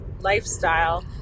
lifestyle